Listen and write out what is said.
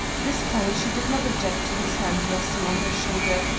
this time she did not object to his hand resting on her shoulder,